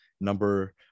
number